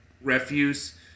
refuse